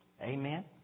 Amen